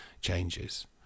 changes